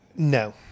No